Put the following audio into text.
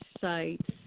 sites